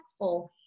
impactful